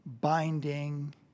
binding